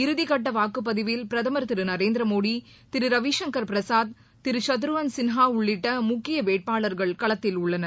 இறுதிகட்ட வாக்குப்பதிவில் பிரதமர் திரு நரேந்திர மோடி திரு ரவிசங்கர் பிரசாத் திரு சத்ருஹன் சிங்ஹா உள்ளிட்ட முக்கிய வேட்டபாளர்கள் களத்தில் உள்ளனர்